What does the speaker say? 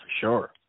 sure